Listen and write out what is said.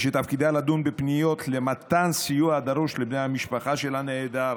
שתפקידה יהיה לדון בפניות למתן סיוע דרוש לבני המשפחה של הנעדר,